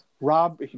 Rob